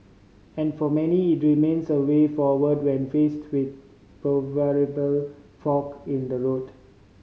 and for many it remains a way forward when faced with proverbial fork in the road